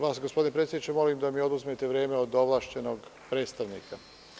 Vas gospodine predsedniče molim da mi oduzmete vreme od ovlašćenog predstavnika.